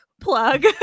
plug